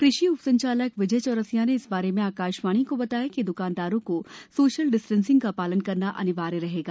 कृषि उपसंचालक विजय चौरसिया ने इस बारे में आकाशवार्णी को बताया है कि दुकानदारों को सोशल डिस्टेंसिंग का पालन करना अनिवार्य रहेगा